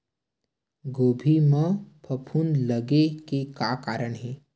गोभी म फफूंद लगे के का कारण हे?